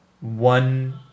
One